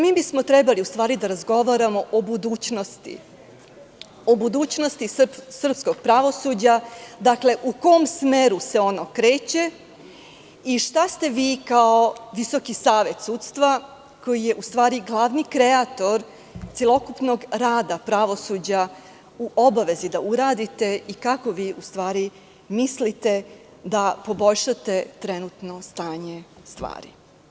Mi bismo trebali u stvari da razgovaramo o budućnosti srpskog pravosuđa, u kom smeru se ono kreće i šta ste vi kao Visoki savet sudstva, koji je u stvari glavni kreator celokupnog rada pravosuđa, u obavezi da uradite i kako mislite da poboljšate trenutno stanje stvari.